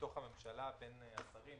בתוך הממשלה בין השרים,